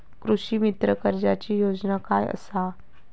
कृषीमित्र कर्जाची योजना काय असा?